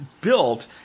built